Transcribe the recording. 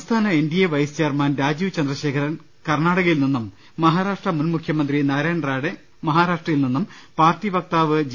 സംസ്ഥാന N D A vice chairman Rajeev Chandrasekhar കർണ്ണാടകയിൽ നിന്നും മഹാരാഷ്ട്ര മുൻ മുഖ്യമന്ത്രി നാരാ യൺ റാണെ മഹാരാഷ്ട്രയിൽ നിന്നും പാർട്ടി വക്താവ് ജി